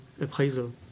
appraisal